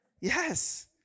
Yes